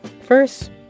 First